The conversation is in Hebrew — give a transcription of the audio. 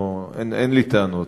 אין לי טענות.